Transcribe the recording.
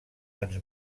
ens